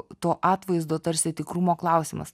to atvaizdo tarsi tikrumo klausimas